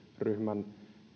ryhmän